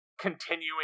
continuing